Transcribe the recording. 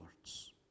words